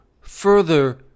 further